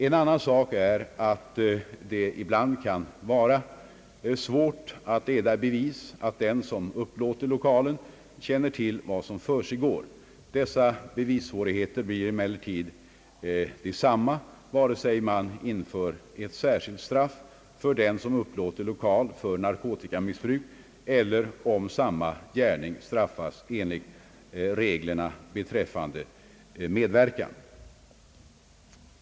En annan sak är att det ibland kan vara svårt att leda i bevis att den som upplåter lokalen känner till vad som försiggår. Dessa bevissvårigheter blir emellertid desamma vare sig man inför ett särskilt straff för den som upplåter lokal för narkotikamissbruk eller om samma gärning straffas enligt reglerna beträffande medverkan.